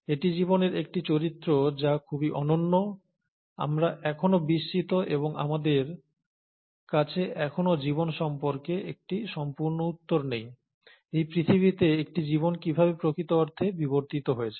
এটি জীবনের একটি চরিত্র যা খুবই অনন্য আমরা এখনও বিস্মিত এবং আমাদের কাছে এখনও জীবন সম্পর্কে একটি সম্পূর্ণ উত্তর নেই এই পৃথিবীতে একটি জীবন কিভাবে প্রকৃত অর্থে বিবর্তিত হয়েছে